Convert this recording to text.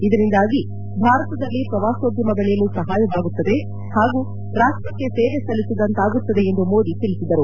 ಇದರಿಂದಾಗಿ ಭಾರತದಲ್ಲಿ ಪ್ರವಾಸೋದ್ಯಮ ಬೆಳೆಯಲು ಸಹಾಯವಾಗುತ್ತದೆ ಹಾಗೂ ರಾಷ್ಟ್ಕೆ ಸೇವೆ ಸಲ್ಲಿಸಿದಂತಾಗುತ್ತದೆ ಎಂದು ಮೋದಿ ತಿಳಿಸಿದರು